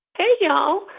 hey, y'all.